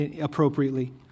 appropriately